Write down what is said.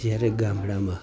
જયારે ગામડામાં